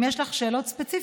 אם יש לך שאלות ספציפיות,